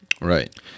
right